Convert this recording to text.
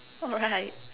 alright